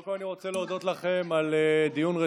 קודם כול, אני רוצה להודות לכם על דיון רציני.